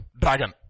Dragon